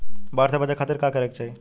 बाढ़ से बचे खातिर का करे के चाहीं?